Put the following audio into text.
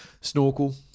snorkel